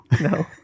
No